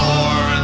More